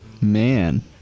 Man